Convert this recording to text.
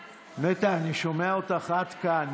נטע, אני שומע אותך עד כאן.